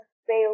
fail